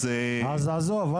אז עזוב,